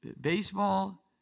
baseball